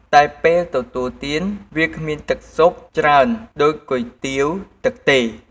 តែពេលទទួលទាន វាគ្មានទឹកស៊ុបច្រើនដូចគុយទាវទឹកទេ។